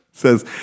says